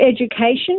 education